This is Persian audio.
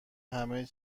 همه